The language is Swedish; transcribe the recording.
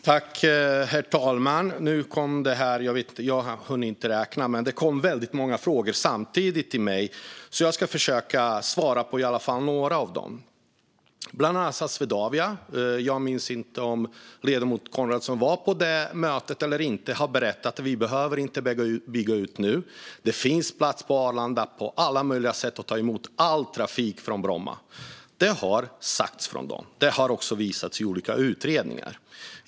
Herr talman! Nu kom det väldigt många frågor samtidigt till mig. Jag ska i alla fall försöka svara på några av dem. En fråga gällde Swedavia. Jag minns inte om ledamoten Coenraads var på mötet med dem. De sa att vi inte behöver bygga ut nu. Det finns plats på Arlanda på alla möjliga sätt för att ta emot all trafik från Bromma. Det har sagts från dem. Det har också visats i olika utredningar.